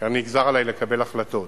נגזר עלי לקבל החלטות.